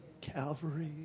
Calvary